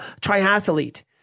triathlete